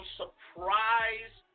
surprise